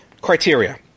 criteria